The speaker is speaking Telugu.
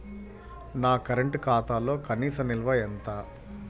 నా కరెంట్ ఖాతాలో కనీస నిల్వ ఎంత?